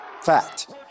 fact